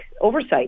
oversight